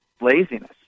laziness